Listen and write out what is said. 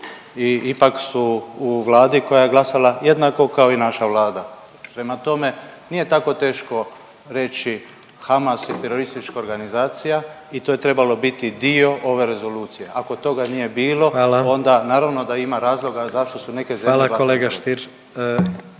i ipak su u Vladi koja je glasala jednako kao i naša Vlada. Prema tome, nije tako teško reći Hamas je teroristička organizacija i to je trebalo biti dio ove rezolucije. Ako toga nije bilo…/Upadica predsjednik: Hvala vam./…onda naravno da ima razloga zašto su neke zemlje…/Upadica